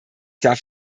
darf